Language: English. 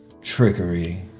trickery